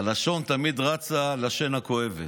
הלשון תמיד רצה לשן הכואבת.